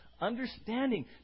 Understanding